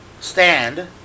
stand